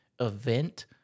event